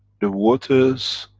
the waters